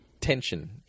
tension